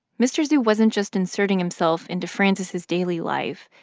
mr. zhu wasn't just inserting himself into frances's daily life.